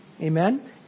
Amen